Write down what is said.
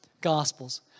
gospels